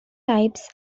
types